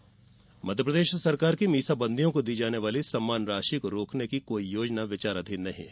मीसाबंदी मध्यप्रदेश सरकार की मीसाबंदियों को दी जाने वाली सम्मान राशि को रोकने की कोई योजना विचाराधीन नहीं है